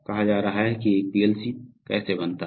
कहा जा रहा है कि एक पीएलसी कैसे बनता है